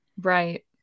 Right